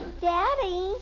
Daddy